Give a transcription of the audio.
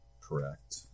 Correct